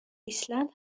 ایسلند